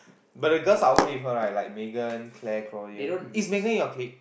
but the girls are okay with her right like Megan Clare Claudia is Megan in your clique